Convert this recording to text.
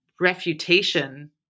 refutation